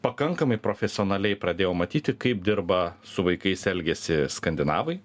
pakankamai profesionaliai pradėjau matyti kaip dirba su vaikais elgiasi skandinavai